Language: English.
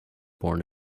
born